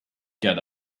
get